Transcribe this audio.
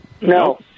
No